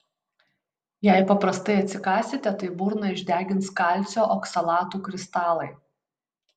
jei paprastai atsikąsite tai burną išdegins kalcio oksalatų kristalai